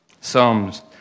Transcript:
Psalms